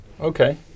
Okay